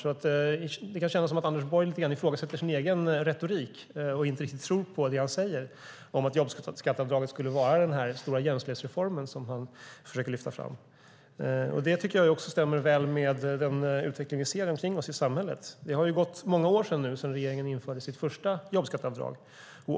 Därför kan det kännas som att Anders Borg lite grann ifrågasätter sin egen retorik och inte riktigt tror på det han säger om att jobbskatteavdraget skulle vara den här stora jämställdhetsreformen, som han försöker lyfta fram. Det tycker jag också stämmer väl med den utveckling som vi ser omkring oss i samhället. Det har nu gått många år sedan regeringen införde sitt första jobbskatteavdrag.